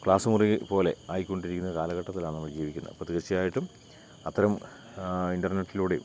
class മുറി പോലെ ആയിക്കൊണ്ടിരിക്കുന്ന കാലഘട്ടത്തിലാണ് നമ്മൾ ജീവിക്കുന്നത് അപ്പോൾ തീർച്ചയായിട്ടും അത്തരം ഇൻ്റർനെറ്റിലൂടെയും